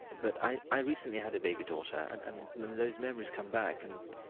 but i i recently had a baby daughter and and those memories come back. and